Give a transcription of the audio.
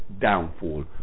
downfall